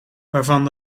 waarvan